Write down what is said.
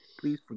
Please